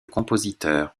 compositeur